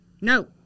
No